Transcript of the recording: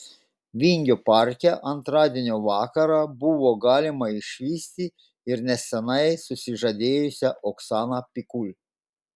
vingio parke antradienio vakarą buvo galima išvysti ir neseniai susižadėjusią oksaną pikul